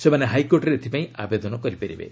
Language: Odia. ସେମାନେ ହାଇକୋର୍ଟରେ ଏଥିପାଇଁ ଆବେଦନ କରିପାରିବେ